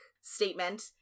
statement